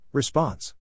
Response